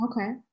Okay